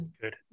Good